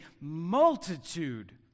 multitude